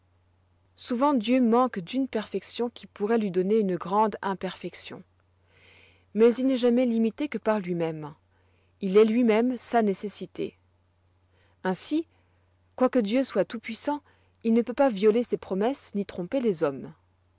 souvent dieu manque d'une perfection qui pourroit lui donner une grande imperfection mais il n'est jamais limité que par lui-même il est lui-même sa nécessité ainsi quoique dieu soit tout-puissant il ne peut pas violer ses promesses ni tromper les hommes